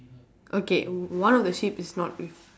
okay one of the sheep is not with